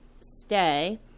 stay